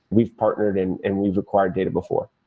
we've partnered and and we've acquired data before.